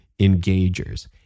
engagers